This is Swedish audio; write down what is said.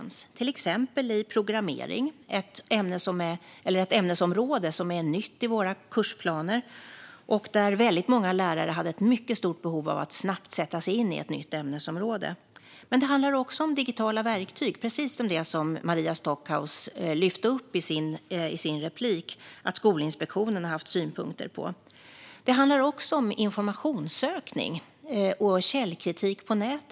Det gäller till exempel i programmering, vilket är ett ämnesområde som är nytt i våra kursplaner. Där hade väldigt många lärare ett mycket stort behov av att snabbt sätta sig in i ett nytt ämnesområde. Det handlar också om digitala verktyg. Det är precis det som Maria Stockhaus lyfte upp i sitt inlägg att Skolinspektionen haft synpunkter på. Det handlar också om informationssökning och källkritik på nätet.